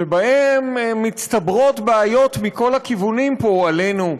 שבהם מצטברות בעיות מכל הכיוונים פה, עלינו,